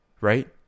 right